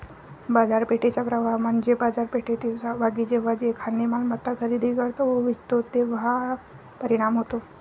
बाजारपेठेचा प्रभाव म्हणजे बाजारपेठेतील सहभागी जेव्हा एखादी मालमत्ता खरेदी करतो व विकतो तेव्हा परिणाम होतो